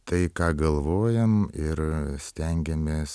tai ką galvojam ir stengiamės